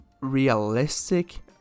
realistic